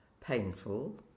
painful